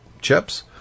chips